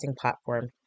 platform